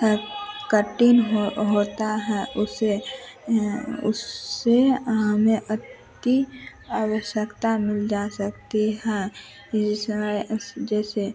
cutting हो होती है उससे हाँ उससे हमें अति आवश्यकता मिल जा सकती है कि जिसमें जैसे